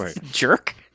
Jerk